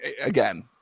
again